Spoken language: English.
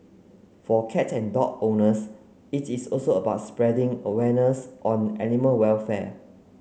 for cat and dog owners it is also about spreading awareness on animal welfare